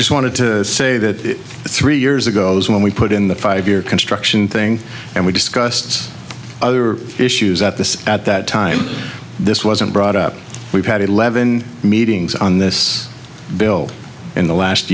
just wanted to say that three years ago when we put in the five year construction thing and we discussed other issues at the at that time this wasn't brought up we've had eleven meetings on this bill in the last